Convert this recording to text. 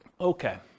Okay